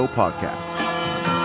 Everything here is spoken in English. podcast